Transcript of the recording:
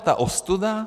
Ta ostuda?